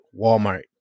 Walmart